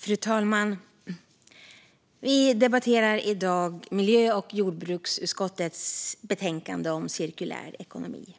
Fru talman! Vi debatterar i dag miljö och jordbruksutskottets betänkande om cirkulär ekonomi.